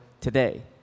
today